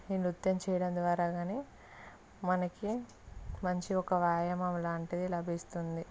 ఈ నృత్యం చేయడం ద్వారా గానీ మనకి మంచి ఒక వ్యాయామం లాంటిది లభిస్తుంది